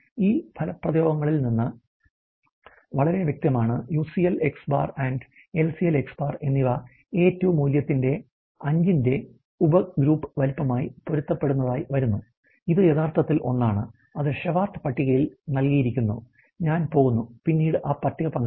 ഈ പദപ്രയോഗങ്ങളിൽ നിന്ന് വളരെ വ്യക്തമാണ് UCL X̄ and LCL X̄ എന്നിവ എ 2 മൂല്യത്തിന്റെ 5 ന്റെ ഉപഗ്രൂപ്പ് വലുപ്പവുമായി പൊരുത്തപ്പെടുന്നതായി വരുന്നു ഇത് യഥാർത്ഥത്തിൽ ഒന്നാണ് അത് ഷെവാർട്ട് പട്ടികയിൽ നൽകിയിരിക്കുന്നു ഞാൻ പോകുന്നു പിന്നീട് ആ പട്ടിക പങ്കിടുക